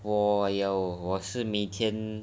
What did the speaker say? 我有我是每天